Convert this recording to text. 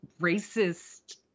racist